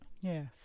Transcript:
Yes